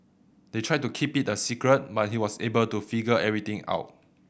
they tried to keep it a secret but he was able to figure everything out